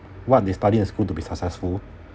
what they study in school to be successful